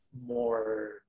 more